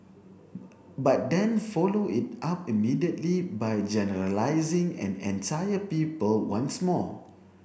but then followed it up immediately by generalising an entire people once more